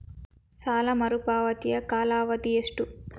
ಸಾಲ ಮರುಪಾವತಿಯ ಕಾಲಾವಧಿ ಎಷ್ಟು?